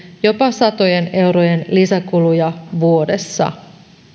jopa satojen eurojen lisäkuluja vuodessa